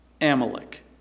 Amalek